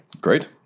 Great